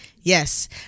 yes